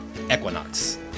equinox